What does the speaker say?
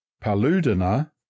Paludina